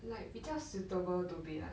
like 比较 suitable to be like